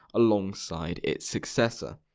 alongside its successor.